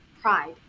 pride